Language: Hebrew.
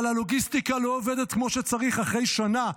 אבל הלוגיסטיקה לא עובדת כמו שצריך אחרי שנה.